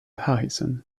harrison